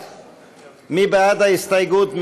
1, מי בעד ההסתייגות?